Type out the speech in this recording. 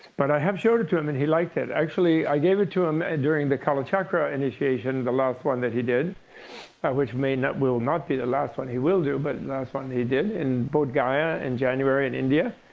but i have showed it to him. and he liked it. actually, i gave it to him and during the kalachakra initiation, the last one that he did which will not will not be the last one he will do but last one he did in bodhgaya in january in india.